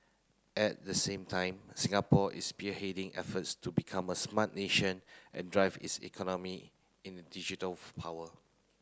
at the same time Singapore is spearheading efforts to become a smart nation and drive its economy in digital of power